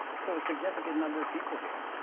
so a significant number of people here,